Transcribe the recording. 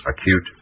acute